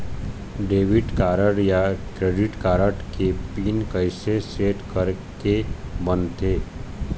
Debit card या credit card के PIN कइसे सेट करे के बनते?